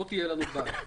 לא תהיה לנו בעיה.